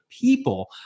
people